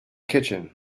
kitchen